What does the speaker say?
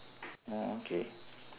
oh okay